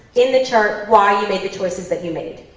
in the chart, why you made the choices that you made.